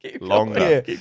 Longer